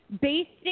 Basic